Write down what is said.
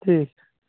ठीक